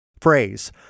phrase